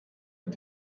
mit